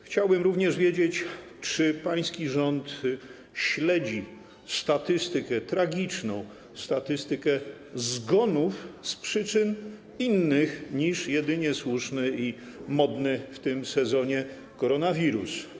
Chciałbym również wiedzieć, czy pański rząd śledzi statystykę, tragiczną statystykę zgonów z przyczyn innych niż jedynie słuszny i modny w tym sezonie koronawirus.